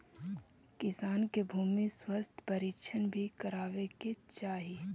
किसान के भूमि स्वास्थ्य परीक्षण भी करवावे के चाहि